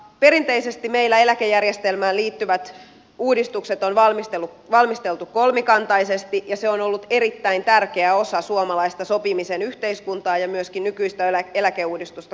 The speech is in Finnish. perinteisesti meillä eläkejärjestelmään liittyvät uudistukset on valmisteltu kolmikantaisesti ja se on ollut erittäin tärkeä osa suomalaista sopimisen yhteiskuntaa ja myöskin nykyistä eläkeuudistusta kolmikantaisesti valmistellaan